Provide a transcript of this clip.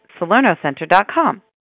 salernocenter.com